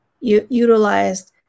utilized